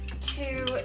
two